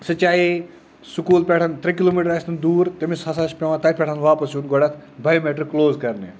سُہ چاہے سکوٗل پٮٹھ ترٛےٚ کِلوٗ میٖٹر ٲسۍتن دوٗر تٔمِس ہسا چھُ پٮ۪وان تَتہِ پٮ۪ٹھ واپَس یُن گۄڈٕنٮ۪تھ بَیومیٹرِک کلوز کَرنہِ